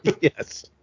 Yes